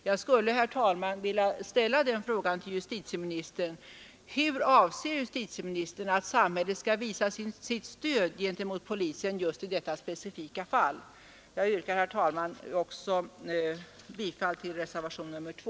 Jag yrkar, herr talman, bifall också till reservationen 2.